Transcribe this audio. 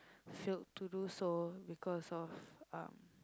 failed to do so because of uh